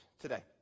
today